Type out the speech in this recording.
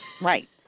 Right